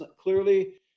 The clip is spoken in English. clearly